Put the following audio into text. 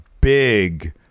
big